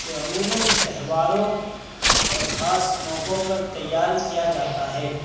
جو عموماً تہواروں اور خاص موقعوں پر تیار کیا جاتا ہے